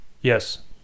Yes